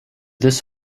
this